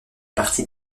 partie